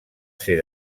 ser